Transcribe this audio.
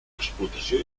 explotació